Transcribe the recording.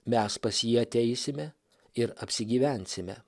mes pas jį ateisime ir apsigyvensime